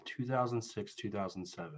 2006-2007